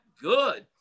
good